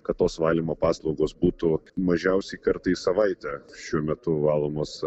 kad tos valymo paslaugos būtų mažiausiai kartą į savaitę šiuo metu valomos